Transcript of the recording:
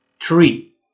three